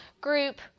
group